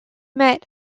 met